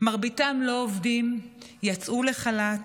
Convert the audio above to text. מרביתם לא עובדים, יצאו לחל"ת,